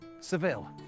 Seville